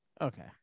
Okay